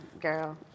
Girl